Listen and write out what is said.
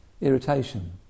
irritation